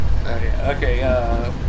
Okay